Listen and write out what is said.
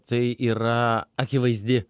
tai yra akivaizdi